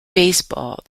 baseball